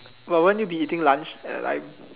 but won't you be eating lunch at the time